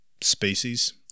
species